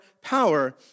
power